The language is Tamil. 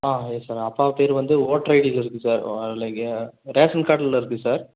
ஆ யெஸ் சார் அப்பா பேர் வந்து ஓட்டர் ஐடியில இருக்கு சார் லைக்க ரேஷன் கார்டில் இருக்கு சார்